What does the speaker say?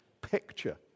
picture